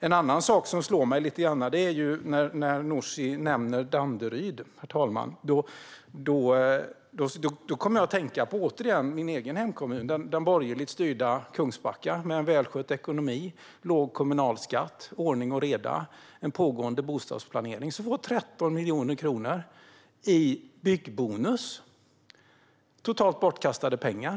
En annan sak slår mig när Nooshi nämner Danderyd. Då kommer jag återigen att tänka på min egen hemkommun, borgerligt styrda Kungsbacka, som har välskött ekonomi, låg kommunalskatt, ordning och reda samt en pågående bostadsplanering och som får 13 miljoner i byggbonus. Det är totalt bortkastade pengar.